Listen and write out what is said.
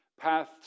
paths